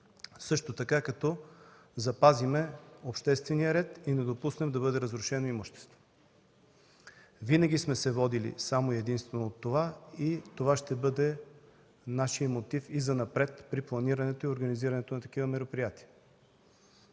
протестира, като запазим обществения ред и не допуснем да се разруши имуществото. Винаги сме се водили само и единствено от това и то ще бъде нашият мотив и занапред при планирането и организирането на такива мероприятия.